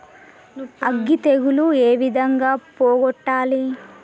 అగ్గి తెగులు ఏ విధంగా పోగొట్టాలి?